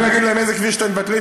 אני אגיד להם: איזה כביש אתם מבטלים?